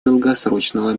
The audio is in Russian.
долгосрочного